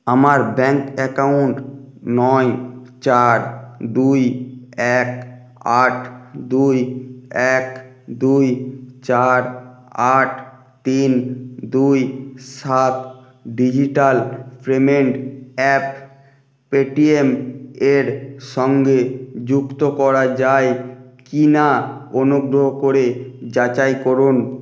আমার bank account নয় চার দুই এক আট দুই এক দুই চার আট তিন দুই সাত ডিজিটাল পেমেন্ট অ্যাপ পেটিএম এর সঙ্গে যুক্ত করা যায় কি না অনুগ্রহ করে যাচাই করুন